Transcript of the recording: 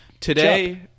today